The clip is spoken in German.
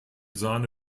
sahne